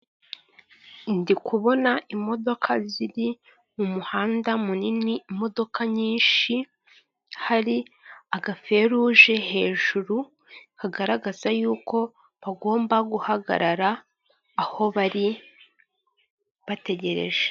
Ndi kubona imodoka ziri mu muhanda munini, imodoka nyinshi. Hari aga feruje hejuru kagaragaza yuko bagomba guhagarara aho bari bategereje.